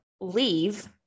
leave